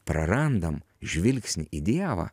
prarandam žvilgsnį į dievą